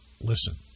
listen